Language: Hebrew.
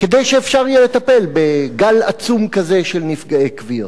כדי שאפשר יהיה לטפל בגל עצום כזה של נפגעי כוויות.